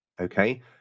Okay